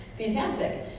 Fantastic